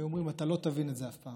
היו אומרים: אתה לא תבין את זה אף פעם.